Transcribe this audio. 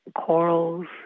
corals